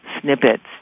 snippets